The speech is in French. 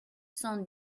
cent